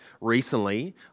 recently